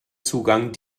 zugang